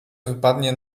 wypadnie